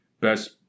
best